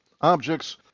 objects